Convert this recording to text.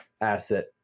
asset